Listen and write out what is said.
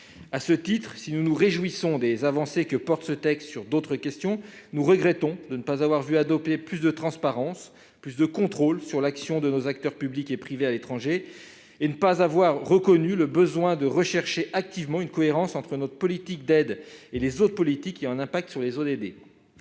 À ce titre, si nous nous réjouissons des avancées que porte ce texte sur d'autres questions, nous regrettons qu'il ne prévoie pas plus de transparence et de contrôle de l'action de nos acteurs publics et privés à l'étranger et qu'il n'ait pas reconnu le besoin de rechercher activement une cohérence entre notre politique d'aide et les autres politiques ayant un impact sur les